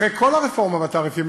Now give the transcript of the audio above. אחרי כל הרפורמה והתעריפים,